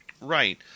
Right